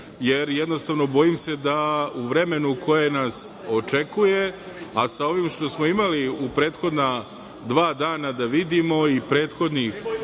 jer jednostavno bojim se da u vremenu koje nas očekuje, a sa ovim što smo imali u prethodna dva dana da vidimo i prethodnih